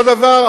אותו דבר,